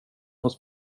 hos